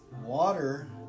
Water